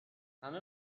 همه